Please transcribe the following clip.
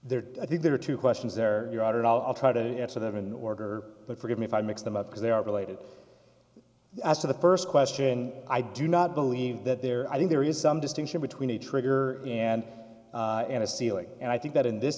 there i think there are two questions there are i'll try to answer that in order but forgive me if i mix them up because they are related as to the first question i do not believe that there i think there is some distinction between a trigger and a ceiling and i think that in this